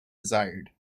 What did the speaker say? desired